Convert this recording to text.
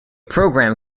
program